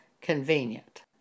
convenient